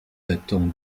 datant